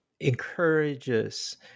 encourages